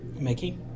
Mickey